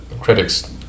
critics